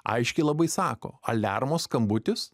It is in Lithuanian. aiškiai labai sako aliarmo skambutis